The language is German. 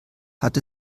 hat